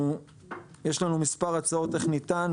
יש לנו מספר הצעות איך ניתן